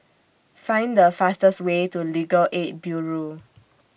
Find The fastest Way to Legal Aid Bureau